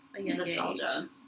nostalgia